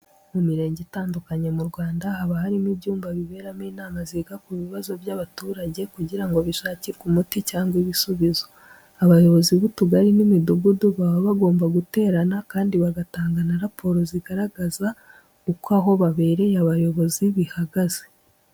Mu mirenge itandukanye mu Rwanda haba harimo ibyumba biberamo inama ziga ku bibazo by'abaturage kugira ngo bishakirwe umuti cyangwa ibisubizo. Abayobozi b'utugari n'imidugudu baba bagomba guterana kandi bagatanga na raporo zigaragaza uko aho babereye abayobozi bihagaze.